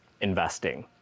investing